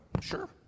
sure